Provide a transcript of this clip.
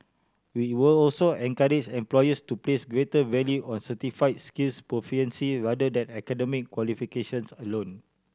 we will also encourage employers to place greater value on certify skills proficiency rather than academic qualifications alone